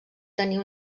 tenir